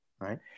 right